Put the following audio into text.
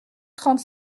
trente